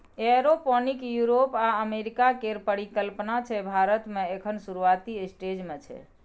aeroponic Europe आ America केर परिकल्पना छै भारत मे एखन शुरूआती स्टेज मे छै